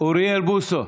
אוריאל בוסו,